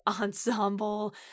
ensemble